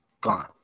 gone